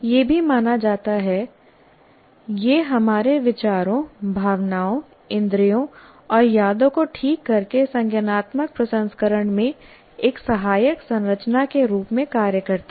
यह भी माना जाता है यह हमारे विचारों भावनाओं इंद्रियों और यादों को ठीक करके संज्ञानात्मक प्रसंस्करण में एक सहायक संरचना के रूप में कार्य करता है